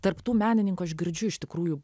tarp tų menininkų aš girdžiu iš tikrųjų